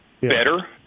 better